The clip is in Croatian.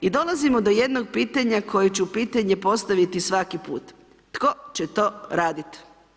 I dolazimo do jednog pitanja, koje ću pitanje postaviti svaki put, tko će to raditi.